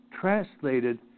translated